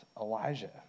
Elijah